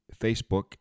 Facebook